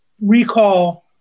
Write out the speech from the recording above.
recall